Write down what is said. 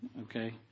okay